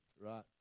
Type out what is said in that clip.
right